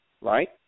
right